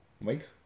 Mike